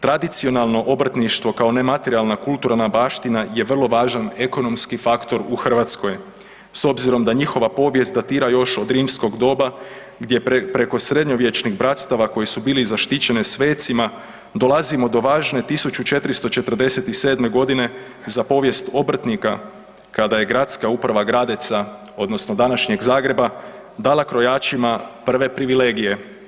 Tradicionalno obrtništvo kao nematerijalna kulturna baština je vrlo važan ekonomski faktor u Hrvatskoj s obzirom da njihova povijest datira još od rimskog doba gdje preko srednjovječnih bratstava koje su bili zaštićene svecima dolazimo do važne 1447.g. za povijest obrtnika kada je Gradska uprava Gradeca odnosno današnjeg Zagreba dala krojačima prve privilegije.